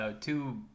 two